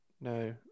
no